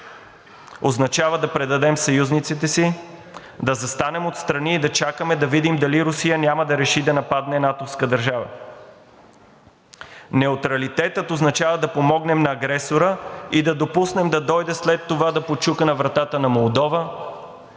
Означава да предадем съюзниците си, да застанем отстрани и да чакаме да видим дали Русия няма да реши да нападне натовска държава. Неутралитетът означава да помогнем на агресора и да допуснем да дойде след това да почука на вратата на Молдова,